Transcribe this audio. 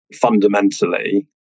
fundamentally